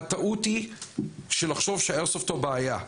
הטעות היא לחשוב שהאיירסופט הוא הבעיה,